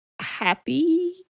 happy